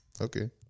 Okay